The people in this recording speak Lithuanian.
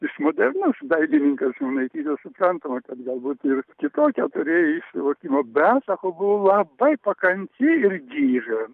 jis modernus dailininkas simonaitytė suprantama kad galbūt ir kitokią turėjo ji suvokimą bet sako buvo labai pakanti ir gyrė